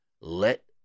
Let